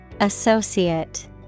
Associate